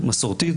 מסורתית,